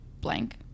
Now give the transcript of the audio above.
blank